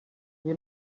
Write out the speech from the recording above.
you